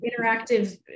interactive